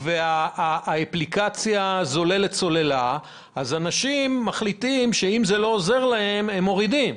והאפליקציה זוללת סוללה אז אנשים מחליטים להסיר אותה.